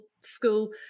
school